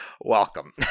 Welcome